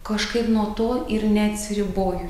kažkaip nuo to ir neatsiriboju